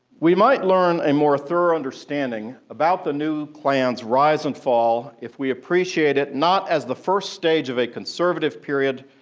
we might learn a more thorough understanding about the new klan's rise and fall, if we appreciate it not as the first stage of a conservative period,